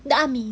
dah army